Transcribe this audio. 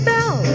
Bell